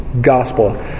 gospel